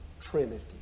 Trinity